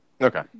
Okay